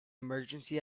emergency